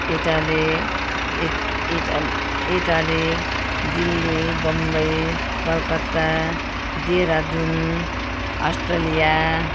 Italy इट् Italy Delhi Bombay Calcutta Dehradun Australia